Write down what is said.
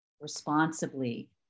responsibly